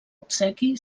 obsequi